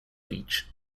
beach